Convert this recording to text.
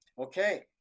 okay